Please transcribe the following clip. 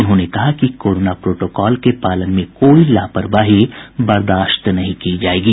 उन्होंने कहा कि कोरोना प्रोटोकॉल के पालन में कोई लापरवाही बर्दाश्त नहीं की जायेगी